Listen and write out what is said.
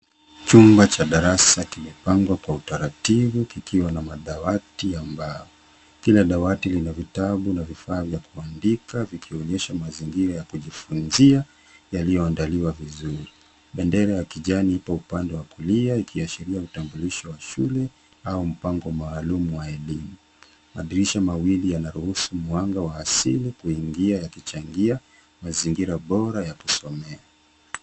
Chumba cha darasa kimepangwa kwa utaratibu kikiwa na madawati ya mbao. Kila dawati lina vitabu na vifaa vya kuandika, vikionyesha mazingira ya kujifunzia yaliyoandaliwa vizuri. Bendera ya kijani ipo upande wa kulia ikiashiria mtambulisho wa shule au mpango maalumu wa elimu. Madirisha mawili yana ruhusu mwanga wa asili kuingia yakichangia mazingira bora ya kusomea.